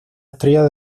estrella